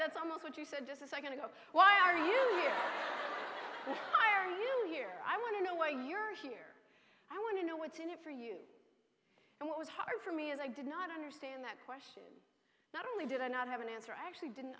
that's almost what you said just a second ago why are you hiring lou here i want to know why you're here i want to know what's in it for you and what was hard for me as i did not understand that question not only did i not have an answer i actually didn't